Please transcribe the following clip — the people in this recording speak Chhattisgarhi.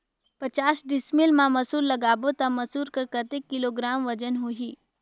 पचास डिसमिल मा मसुर लगाबो ता मसुर कर कतेक किलोग्राम वजन होही?